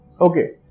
Okay